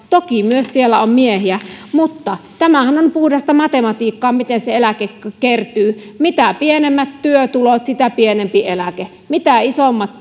toki siellä on myös miehiä mutta tämähän on puhdasta matematiikkaa miten se eläke kertyy mitä pienemmät työtulot sitä pienempi eläke mitä isommat